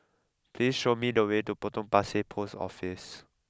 please show me the way to Potong Pasir Post Office